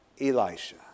Elisha